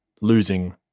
losing